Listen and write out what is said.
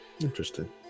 Interesting